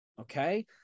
okay